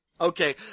Okay